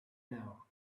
now